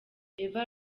eva